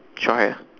short hair